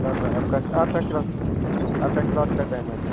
बस आपका क्लास आपका क्लास का टाईम है